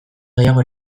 gehiago